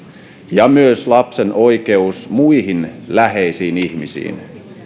ja myös lapsen oikeus muihin läheisiin ihmisiin